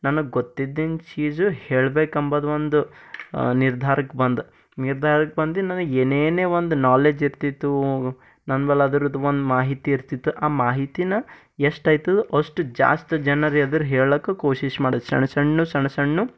ನನಗೆ ಗೊತ್ತಿದ್ದಿನ ಚೀಝು ಹೇಳ್ಬೇಕಂಬದು ಒಂದು ನಿರ್ಧಾರಕ್ಕೆ ಬಂದೆ ನಿರ್ಧಾರಕ್ಕೆ ಬಂದು ನನಗೆ ಏನೇ ಒಂದು ನೊಲೇಜ್ ಇರುತಿತ್ತು ನನ್ಬಳಿ ಅದ್ರದ್ದು ಒಂದು ಮಾಹಿತಿ ಇರುತಿತ್ತು ಆ ಮಾಹಿತಿ ಎಷ್ಟಾಯ್ತದೋ ಅಷ್ಟು ಜಾಸ್ತಿ ಜನರ ಎದುರು ಹೇಳಕ್ಕೆ ಕೊಶಿಶ್ ಮಾಡೋದ್ ಸಣ ಸಣ್ಣ ಸಣ ಸಣ್ಣ